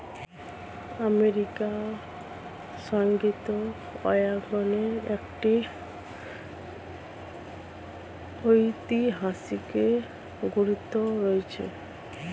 আমেরিকার সংস্কৃতিতে ওয়াগনের একটি ঐতিহাসিক গুরুত্ব রয়েছে